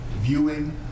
viewing